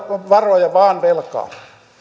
varoja vaan velkaa